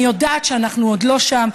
אני יודעת שאנחנו עוד לא שם,